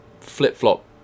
flip-flop